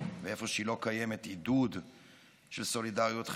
ואיפה שהיא לא קיימת, עידוד של סולידריות חברתית.